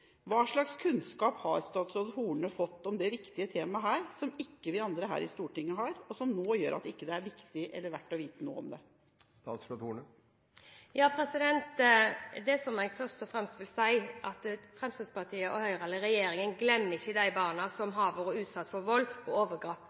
Hva slags kunnskap har statsråd Horne fått om dette viktige temaet som ikke vi andre her i Stortinget har, og som nå gjør at det ikke er viktig eller verdt å vite noe om det? Det jeg først og fremst vil si, er at regjeringen ikke glemmer de barna som har vært utsatt for vold og